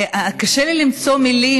קשה לי למצוא מילים,